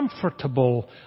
comfortable